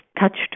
touched